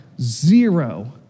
zero